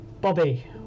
Bobby